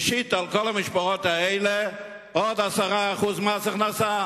והוא השית על כל המשפחות האלה עוד 10% מס הכנסה,